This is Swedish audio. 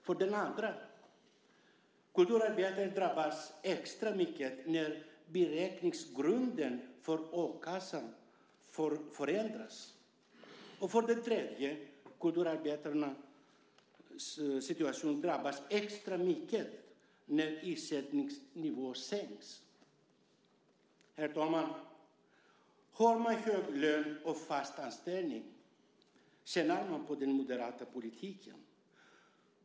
För det andra drabbas kulturarbetare extra mycket när beräkningsgrunden för a-kassan förändras. För det tredje drabbas kulturarbetarna extra mycket när ersättningsnivåerna sänks. Herr talman! Har man hög lön och fast anställning tjänar man på den moderata politiken.